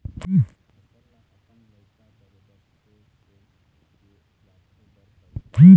फसल ल अपन लइका बरोबर सेव सेव के राखे बर परथे